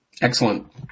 Excellent